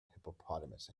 hippopotamus